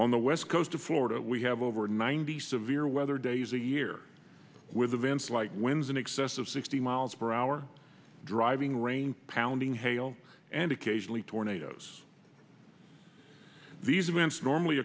on the west coast of florida we have over ninety severe weather days a year with events like winds in excess of sixty miles per hour driving rain pounding hail and occasionally tornadoes these events normally